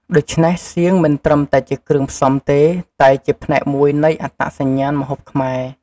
ដូច្នេះ សៀងមិនត្រឹមតែជាគ្រឿងផ្សំទេ តែជាផ្នែកមួយនៃអត្តសញ្ញាណម្ហូបខ្មែរ។